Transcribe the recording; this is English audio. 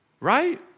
right